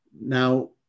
Now